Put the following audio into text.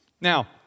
Now